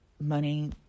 money